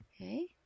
Okay